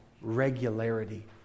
regularity